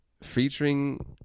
featuring